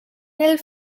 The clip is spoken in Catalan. mil